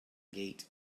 gate